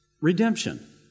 redemption